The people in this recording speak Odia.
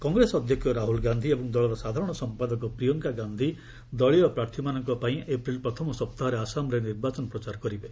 କଂଗ୍ରେସ ଅଧ୍ୟକ୍ଷ ରାହୁଲ ଗାନ୍ଧି ଏବଂ ଦଳର ସାଧାରଣ ସମ୍ପାଦକ ପ୍ରିୟଙ୍କା ଗାନ୍ଧି ଦଳୀୟ ପ୍ରାର୍ଥୀମାନଙ୍କ ପାଇଁ ଏପ୍ରିଲ୍ ପ୍ରଥମ ସପ୍ତାହରେ ଆସାମରେ ନିର୍ବାଚନ ପ୍ରଚାର କରିବେ